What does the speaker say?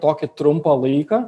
tokį trumpą laiką